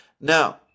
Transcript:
Now